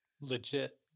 Legit